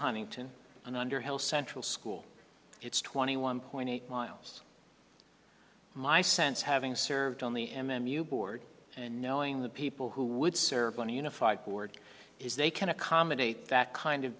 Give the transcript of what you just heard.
huntington and underhill central school it's twenty one point eight miles my sense having served on the m m u board and knowing the people who would serve on a unified board is they can accommodate that kind of